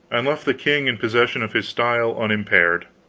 and left the king in possession of his style unimpaired.